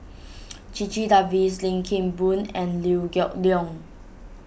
Checha Davies Lim Kim Boon and Liew Geok Leong